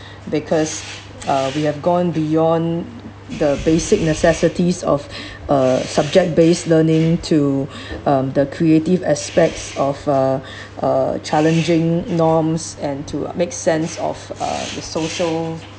because uh we have gone beyond the basic necessities of a subject-based learning to um the creative aspects of uh uh challenging norms and to make sense of uh the social